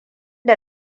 da